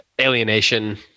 alienation